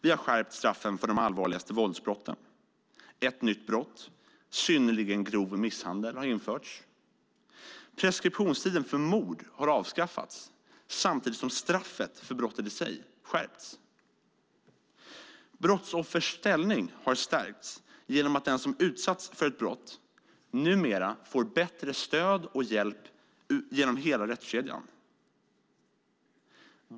Vi har skärpt straffen för de allvarligaste våldsbrotten. Ett nytt brott, synnerligen grov misshandel, har införts. Preskriptionstiden för mord har avskaffats samtidigt som straffet för brottet i sig har skärpts. Brottsoffers ställning har stärkts genom att den som har utsatts för ett brott numera får bättre stöd och hjälp genom hela rättskedjan.